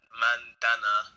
mandana